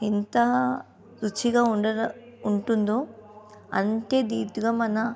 ఎంతా రుచిగా ఉండ ఉంటుందో అంటే దీటుగా మన